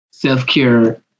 self-care